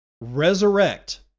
resurrect